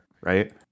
right